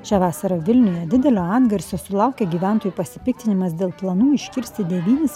šią vasarą vilniuje didelio atgarsio sulaukė gyventojų pasipiktinimas dėl planų iškirsti devynis